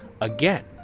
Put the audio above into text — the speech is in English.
again